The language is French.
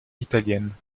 italienne